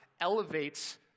elevates